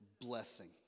blessing